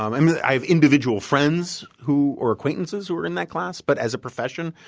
um i mean i have individual friends who or acquaintances who are in that class, but as a profession,